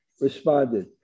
responded